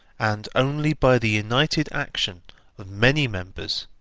and only by the united action of many members,